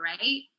right